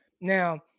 now